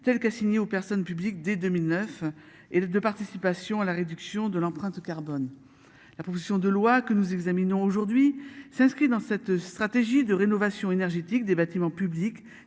telle qu'signer aux personnes publiques dès 2009 et le de participation à la réduction de l'empreinte carbone. La proposition de loi que nous examinons aujourd'hui s'inscrit dans cette stratégie de rénovation énergétique des bâtiments publics,